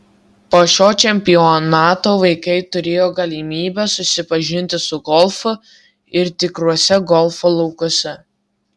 po šio čempionato vaikai turėjo galimybę susipažinti su golfu ir tikruose golfo laukuose